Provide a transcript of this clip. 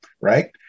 right